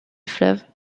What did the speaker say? fleuve